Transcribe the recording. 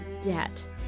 debt